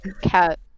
cat